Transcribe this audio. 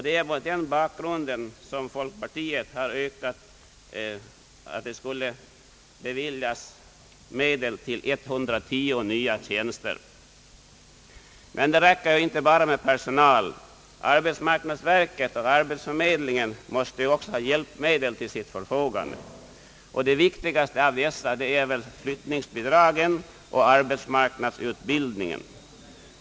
Det är mot den bakgrunden som folkpartiet har yrkat att medel skall beviljas till 110 nya tjänster. Men det räcker inte med att bara få personal. Arbetsmarknadsverket och arbetsförmedlingen måste också ha hjälpmedel till sitt förfogande. De viktigaste av dessa synes vara flyttningsbidragen och arbetsmarknadsutbildningen.